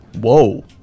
Whoa